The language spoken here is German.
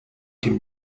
dem